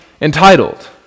Entitled